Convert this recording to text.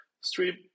stream